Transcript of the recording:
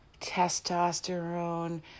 testosterone